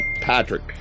Patrick